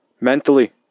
Mentally